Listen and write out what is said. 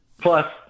plus